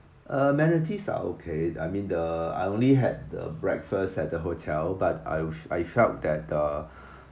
amenities are okay I mean the I only had the breakfast at the hotel but I will I felt that the